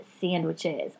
sandwiches